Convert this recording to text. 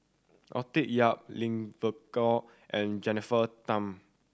Arthur Yap and Jennifer Tham